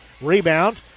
Rebound